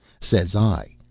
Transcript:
says i,